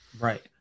right